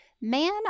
man